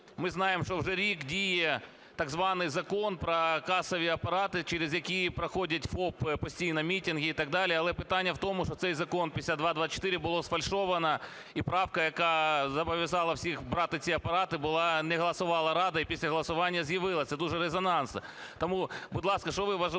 Ми знаємо, що вже рік діє так званий Закон про касові апарати, через який проходять ФОП постійні мітинги і так далі. Але питання в тому, що цей закон 5224 було сфальшовано, і правка, яка зобов'язала всіх брати ці апарати, була... не голосувала Рада, і після голосування з'явилася, дуже резонансне. Тому, будь ласка, що ви